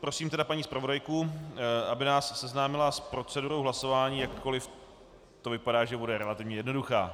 Prosím tedy paní zpravodajku, aby nás seznámila s procedurou hlasování, jakkoli to vypadá, že bude relativně jednoduchá.